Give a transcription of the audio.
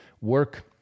work